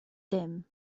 dim